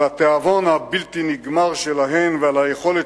על התיאבון הבלתי נגמר שלהן ועל היכולת